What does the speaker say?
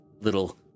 little